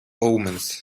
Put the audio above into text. omens